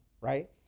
right